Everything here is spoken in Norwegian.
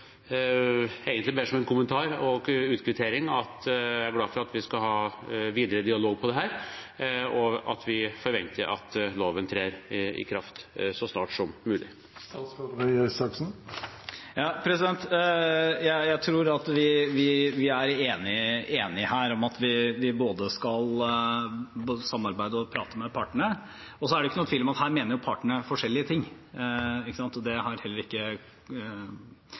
egentlig mer som en kommentar og en utkvittering – jeg er glad for at vi skal ha videre dialog på dette, og vi forventer at loven trer i kraft så snart som mulig. Jeg tror at vi er enige her, om at vi skal både samarbeide og prate med partene. Så er det ikke noen tvil om at her mener partene forskjellige ting, og komiteen har heller ikke